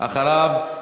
אחריו,